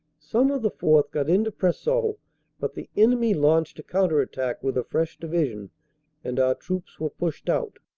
some of the fourth. got into preseau, but the enemy launched a counter-attack with a fresh division and our troops were pushed out.